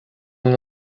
ina